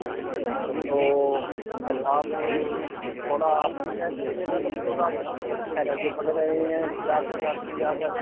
اچھا اچھا تو آپ تھوڑا آپ بھی ٹیسٹ لے لیں بچوں کا بچے کیسے پڑھ رہے ہیں کلاس ولاس میں جا کر